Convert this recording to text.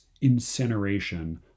incineration